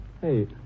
Hey